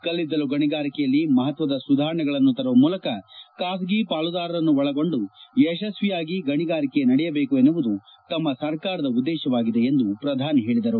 ಕಲ್ತಿದ್ದಲು ಗಣಿಗಾರಿಕೆಯಲ್ಲಿ ಮಹತ್ಯದ ಸುಧಾರಣೆಗಳನ್ನು ತರುವ ಮೂಲಕ ಖಾಸಗಿ ಪಾಲುದಾರರನ್ನು ಒಳಗೊಂಡು ಯಶಸ್ವಿಯಾಗಿ ಗಣಿಗಾರಿಕೆ ನಡೆಯಬೇಕು ಎನ್ನುವುದು ತಮ್ಮ ಸರ್ಕಾರದ ಉದ್ದೇಶವಾಗಿದೆ ಎಂದು ಪ್ರಧಾನಿ ಹೇಳಿದರು